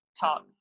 talk